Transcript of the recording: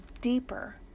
deeper